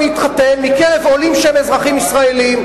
להתחתן מקרב עולים שהם אזרחים ישראלים?